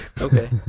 Okay